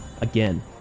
again